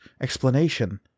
Explanation